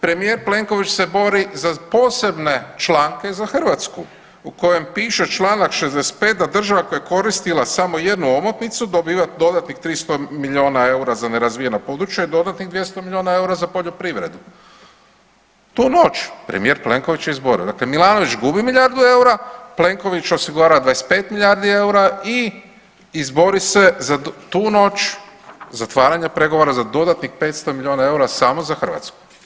Premijer Plenković se bori za posebne članke za Hrvatske u kojem piše čl. 65. da država koja je koristila samo jednu omotnicu dobiva dodatnih 300 milijuna eura za nerazvijano područje, dodatnih 200 milijuna eura za poljoprivredu, tu noć premijer Plenković je izborio, dakle Milanović gubi milijardu eura Plenković osigurava 25 milijardi eura i izbori se tu noć zatvaranje pregovara za dodatnih 500 milijuna eura samo za Hrvatsku.